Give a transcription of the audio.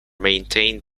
maintained